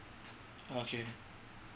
okay